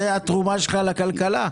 זאת התרומה שלך לכלכלה?